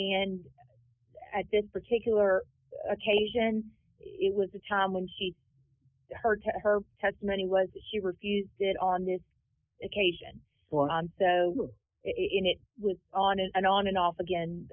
and at this particular occasion it was a time when she heard her testimony was that she refused it on this occasion went on so it was on and on and off again